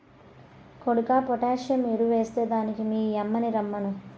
కొడుకా పొటాసియం ఎరువెస్తే దానికి మీ యమ్మిని రమ్మను